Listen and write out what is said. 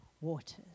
waters